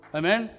amen